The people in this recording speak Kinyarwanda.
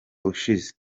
ushize